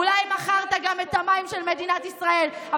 אולי מכרת גם את המים של מדינת ישראל.